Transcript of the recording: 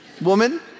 Woman